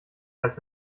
als